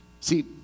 See